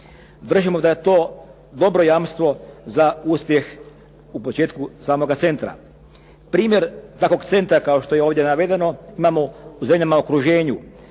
Držimo da je to dobro jamstvo za uspjeh u početku samog centra. Primjer takvog centra kao što je ovdje navedeno imamo u zemljama u okruženu